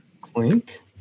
Clink